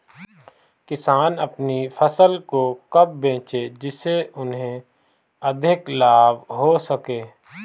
किसान अपनी फसल को कब बेचे जिसे उन्हें अधिक लाभ हो सके?